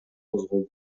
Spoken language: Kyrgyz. козголду